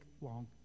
long